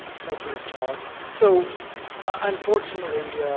thank you, mr. moller. so unfortunately